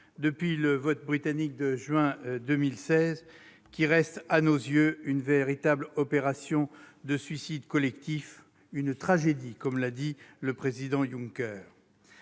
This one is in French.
depuis le vote britannique de juin 2016, qui reste à nos yeux une véritable opération de « suicide collectif », une « tragédie », comme l'a dit M. Juncker.